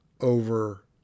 over